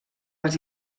les